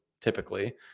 typically